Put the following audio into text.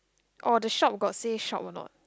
oh the shop got say shop or not